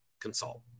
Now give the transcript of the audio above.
consult